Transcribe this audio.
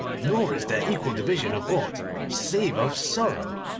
nor is there equal division of aught save of sorrow